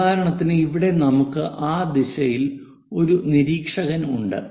ഉദാഹരണത്തിന് ഇവിടെ നമുക്ക് ആ ദിശയിൽ ഒരു നിരീക്ഷകൻ ഉണ്ട്